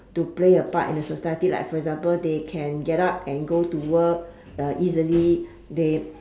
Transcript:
to play a part in the society like for example they can get up and go to work easily they